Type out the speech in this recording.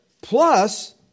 plus